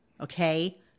okay